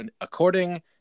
according